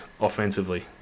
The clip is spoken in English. offensively